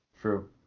True